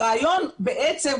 הרעיון בעצם,